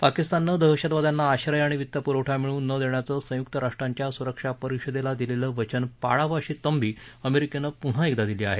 पाकिस्ताननं दहशतवाद्यांना आश्रय आणि वित्त् प्रवठा मिळू न देण्याचं संयुक्त राष्ट्रांच्या सुरक्षा परिषदेला दिलेलं वचन पाळावं अशी तंबी अमेरिकेनं पुन्हा एकदा दिली आहे